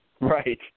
Right